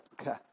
Okay